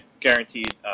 guaranteed